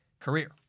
career